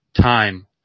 time